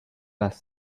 las